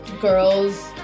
girls